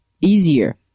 easier